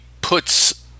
puts